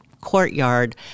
courtyard